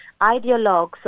ideologues